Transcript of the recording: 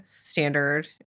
standard